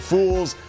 Fools